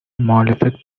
muhalefet